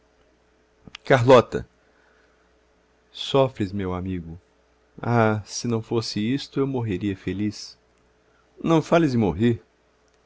carlota sofres meu amigo ah se não fosse isto eu morreria feliz não fales em morrer